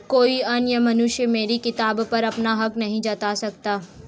कोई अन्य मनुष्य मेरी किताब पर अपना हक नहीं जता सकता